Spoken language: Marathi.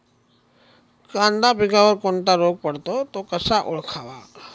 कांदा पिकावर कोणता रोग पडतो? तो कसा ओळखावा?